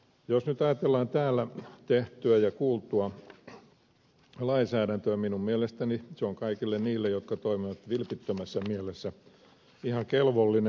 jos nyt ajatellaan täällä tehtyä ja kuultua lainsäädäntöä minun mielestäni se on kaikille niille jotka toimivat vilpittömässä mielessä ihan kelvollinen